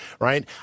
right